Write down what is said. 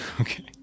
Okay